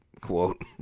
quote